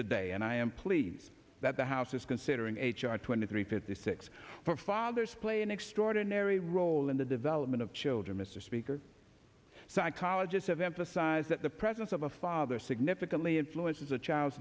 today and i am pleased that the house is considering h r twenty three fifty six for fathers play an extraordinary role in the development of children mr speaker psychologist emphasize that the presence of a father significantly influences a child's